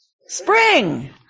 spring